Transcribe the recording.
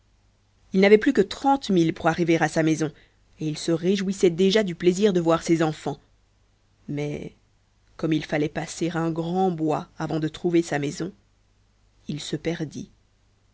il n'avait plus que trente milles pour arriver à sa maison et il se réjouissait déjà du plaisir de voir ses enfans mais comme il fallait passer un grand bois avant de trouver sa maison il se perdit